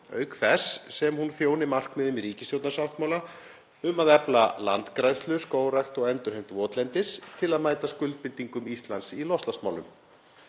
auk þess sem hún þjóni markmiðum í ríkisstjórnarsáttmála um að efla landgræðslu, skógrækt og endurheimt votlendis til að mæta skuldbindingum Íslands í loftslagsmálum.